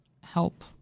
help